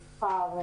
מסחר,